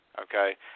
okay